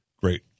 Great